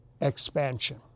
expansion